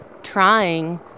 trying